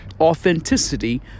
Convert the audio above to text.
authenticity